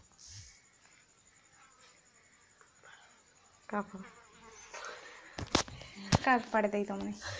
दिन में कारोबार के दौरान टोंक में उछाल तथा गिरावट तेजी पकड़ते हैं